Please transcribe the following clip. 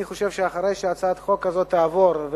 אני חושב שאחרי שהצעת החוק הזאת תעבור,